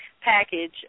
package